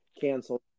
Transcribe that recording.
canceled